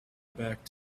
back